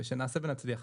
ונעשה ונצליח.